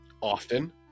often